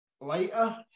lighter